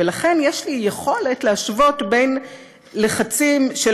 ולכן יש לי יכולת להשוות בין לחצים של